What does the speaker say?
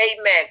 amen